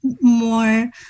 more